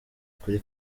kuri